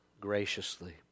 graciously